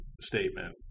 statement